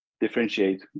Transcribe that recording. differentiate